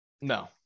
No